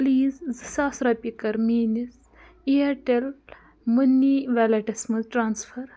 please زٕ ساس رۄپیہِ کَر میٛٲنِس اِیَرٹیل مٔنی ویلیٹس منٛز ٹرٛانٕسفَر